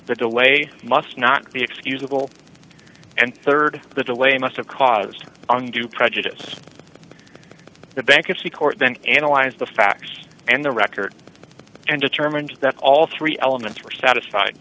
the delay must not be excusable and rd the delay must have caused on to prejudice the bankruptcy court then analyze the factors and the record and determined that all three elements were satisfied